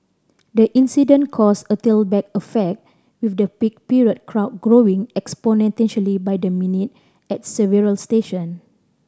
the incident caused a tailback effect with the peak period crowd growing exponentially by the minute at several station